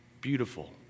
beautiful